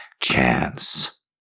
chance